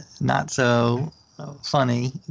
not-so-funny